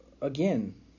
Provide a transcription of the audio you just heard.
again